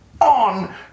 on